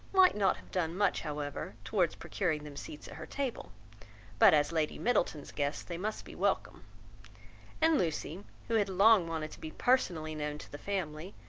might not have done much, however, towards procuring them seats at her table but as lady middleton's guests they must be welcome and lucy, who had long wanted to be personally known to the family,